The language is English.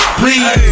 please